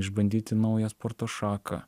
išbandyti naują sporto šaką